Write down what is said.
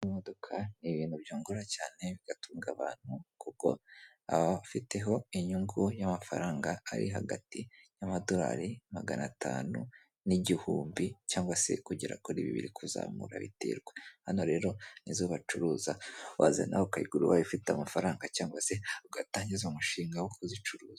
Imodoka ni ibintu byungura cyane bigatunga abantu kuko aba afiteho inyungu y'amafaranga ari hagati y'amadorari magana atanu n'igihumbi cyangwa se kugera kuri bibiri kuzamura biterwa hano rero n'izo bacuruza wazana ukayigura ifite amafaranga cyangwa se ugatangiza umushinga wo kuzicuruza.